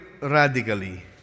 radically